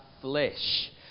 flesh